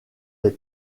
des